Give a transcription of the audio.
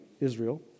Israel